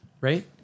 right